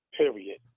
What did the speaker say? Period